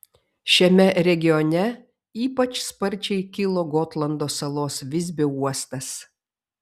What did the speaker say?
šiame regione ypač sparčiai kilo gotlando salos visbio uostas